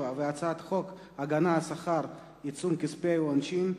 7) והצעת חוק הגנת השכר (עיצום כספי ועונשין).